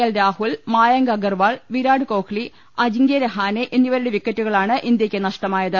L Rahul Mayank Agarwal Virat Kohli Ajinkya Rahane എന്നിവരുടെ വിക്കറ്റുകളാണ് ഇന്ത്യയ്ക്ക് നഷ്ടമായ ത്